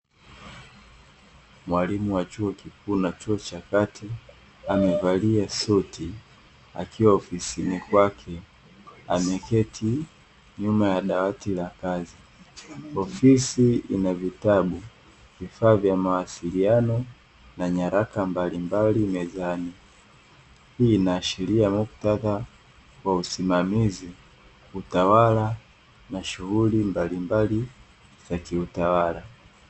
Mwalimu wa chuo kikuu na chuo cha kati, amevalia suti akiwa ofisini kwake ameketi nyuma ya dawati la kazi, ofisi ina vitabu, vifaa vya mawasiliano na nyaraka mbalimbali mezani. Hii inaashiria muktadha wa usimamizi kutawala na shughuli mbalimbali za kiutawala.